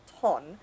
ton